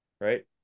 right